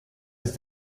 ist